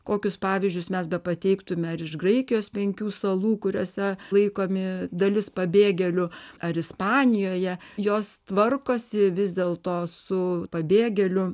kokius pavyzdžius mes be pateiktume ar iš graikijos penkių salų kuriose laikomi dalis pabėgėlių ar ispanijoje jos tvarkosi vis dėl to su pabėgėlių